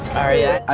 aria.